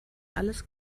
alles